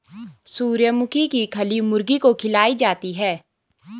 सूर्यमुखी की खली मुर्गी को खिलाई जाती है